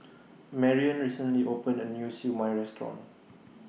Marion recently opened A New Siew Mai Restaurant